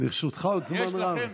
לרשותך עוד זמן רב.